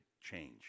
change